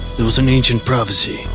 there was an ancient prophecy,